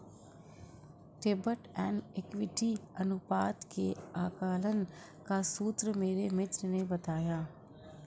डेब्ट and equity अनुपात के आकलन का सूत्र मेरे मित्र ने बताया